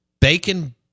Bacon